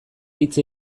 hitz